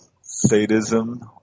sadism